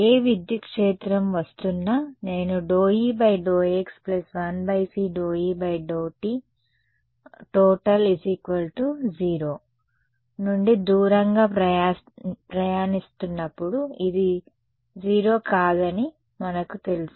ఏ విద్యుత్ క్షేత్రం వస్తున్నా నేను ∂E∂x1c∂E∂t0 విధించబోతున్నాను మరియు అల సాధారణ కుడివైపు నుండి దూరంగా ప్రయాణిస్తున్నప్పుడు ఇది 0 కాదని మనకు తెలుసు